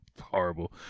horrible